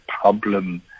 problem